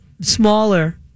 smaller